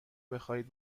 بخواهید